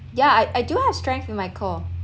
yeah I I do have strength in my core